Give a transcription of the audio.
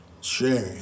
sharing